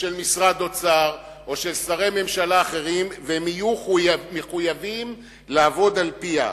ושל משרד אוצר או של שרי ממשלה אחרים והם יהיו מחויבים לעבוד על-פיה.